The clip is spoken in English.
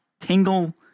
tingle